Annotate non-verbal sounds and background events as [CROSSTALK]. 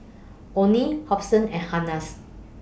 Onie Hobson and [UNINTELLIGIBLE]